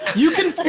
you.